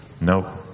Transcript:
nope